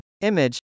Image